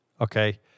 Okay